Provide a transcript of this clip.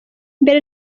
mbere